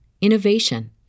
innovation